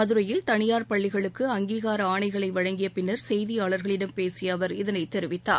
மதுரையில் தளியார் பள்ளிகளுக்கு அங்கீகார ஆணைகளை வழங்கிய பின்னர் செய்தியாளர்களிடம் பேசிய அவர் இதனைத் தெரிவித்தார்